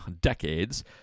decades